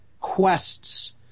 quests